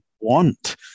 want